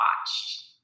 watched